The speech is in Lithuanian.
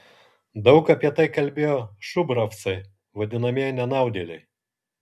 daug apie tai kalbėjo šubravcai vadinamieji nenaudėliai